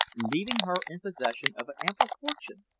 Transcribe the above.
leaving her in possession of an ample fortune,